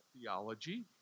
theology